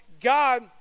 God